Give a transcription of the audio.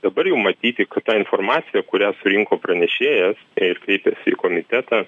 dabar jau matyti kad ta informacija kurią surinko pranešėjas jei jis kreipėsi į komitetą